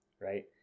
right